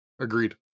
Agreed